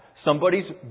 somebody's